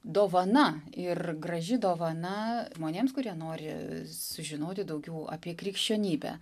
dovana ir graži dovana žmonėms kurie nori sužinoti daugiau apie krikščionybę